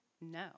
No